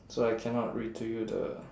so I cannot read to you the